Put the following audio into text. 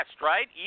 right